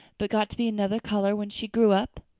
but got to be another color when she grew up?